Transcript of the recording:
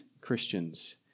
Christians